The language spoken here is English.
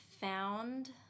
found